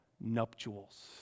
nuptials